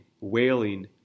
wailing